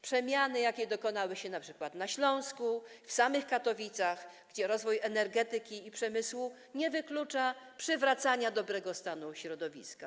Przemiany, jakie dokonały się np. na Śląsku, w samych Katowicach, gdzie rozwój energetyki i przemysłu nie wyklucza przywracania dobrego stanu środowiska.